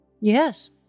Yes